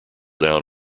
down